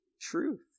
truth